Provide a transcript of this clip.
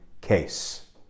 case